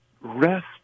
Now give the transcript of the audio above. rest